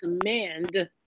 command